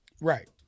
Right